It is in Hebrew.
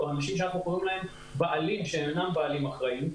אנשים שאנחנו קוראים להם "בעלים" שהם אינם בעלים אחראיים.